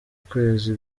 kwezi